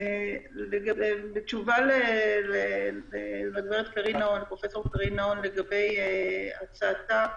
בתשובה לפרופ' קרין נהון לגבי הצעתה,